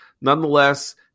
Nonetheless